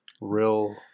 real